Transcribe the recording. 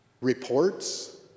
reports